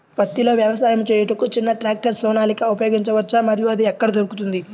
పత్తిలో వ్యవసాయము చేయుటకు చిన్న ట్రాక్టర్ సోనాలిక ఉపయోగించవచ్చా మరియు అది ఎక్కడ దొరుకుతుంది?